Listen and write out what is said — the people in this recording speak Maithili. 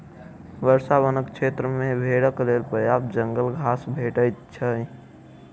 वर्षा वनक क्षेत्र मे भेड़क लेल पर्याप्त जंगल घास भेटैत छै